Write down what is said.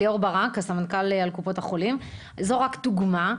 ליאור ברק, זאת רק דוגמה.